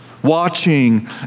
Watching